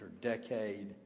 decade